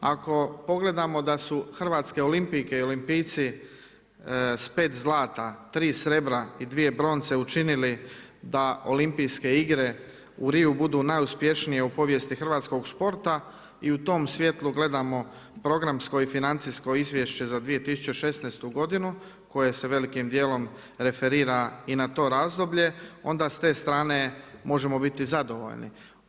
Ako pogledamo da su hrvatske olimpijke i olimpijci s pet zlata, tri srebra i dvije bronce učinili da Olimpijske igre u Riu budu najuspješnije u povijesti hrvatskog sporta i u tom svjetlu gledamo programsko i financijsko izvješće za 2016. godinu koje se velikim dijelom referira i na to razdoblje, onda s te strane možemo biti zadovoljni.